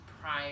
prior